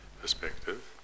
perspective